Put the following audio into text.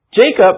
Jacob